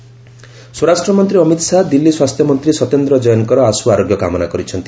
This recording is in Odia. ଶାହା ସତ୍ୟେନ୍ଦ୍ର ଜୈନ୍ ସ୍ୱରାଷ୍ଟ୍ର ମନ୍ତ୍ରୀ ଅମିତ୍ ଶାହା ଦିଲ୍ଲୀ ସ୍ୱାସ୍ଥ୍ୟମନ୍ତ୍ରୀ ସତ୍ୟେନ୍ଦ୍ର ଜୈନ୍ଙ୍କର ଆଶୁ ଆରୋଗ୍ୟ କାମନା କରିଛନ୍ତି